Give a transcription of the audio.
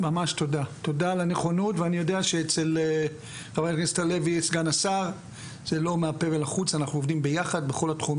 זה הנושא של תנאי ההעסקה של מה שמכונה מורים מן החוץ וסגל זוטר בכלל.